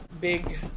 big